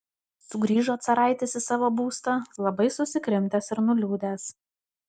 sugrįžo caraitis į savo būstą labai susikrimtęs ir nuliūdęs